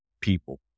people